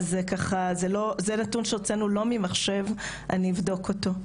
זה נתון שהוצאנו לא ממחשב, אני אבדוק אותו.